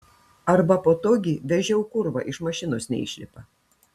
arba po to gi vežiau kurva iš mašinos neišlipa